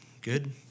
good